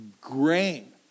grain